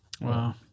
wow